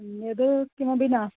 अन्यत् किमपि न